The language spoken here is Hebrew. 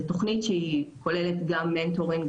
זו תכנית שכוללת גם מנטורים,